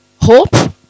hope